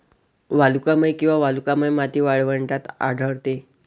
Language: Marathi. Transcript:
वालुकामय किंवा वालुकामय माती वाळवंटात आढळते